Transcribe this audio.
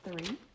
three